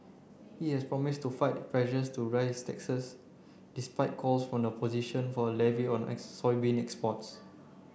he has promised to fight pressure to raise taxes despite calls from the opposition for a levy on a soybean exports